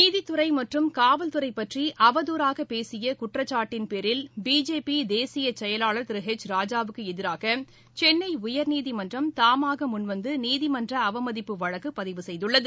நீதித்துறை மற்றும் காவல்துறை பற்றி அவதூறாக பேசிய குற்றச்சாட்டின் பேரில் பிஜேபி தேசிய செயலாளர் திரு எச் ராஜாவுக்கு எதிராக சென்னை உயா்நீதிமன்றம் தாமாக முன்வந்து நீதிமன்ற அவமதிப்பு வழக்கு பதிவு செய்துள்ளது